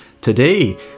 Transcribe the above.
Today